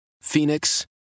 Phoenix